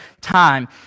time